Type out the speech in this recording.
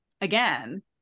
again